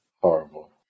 Horrible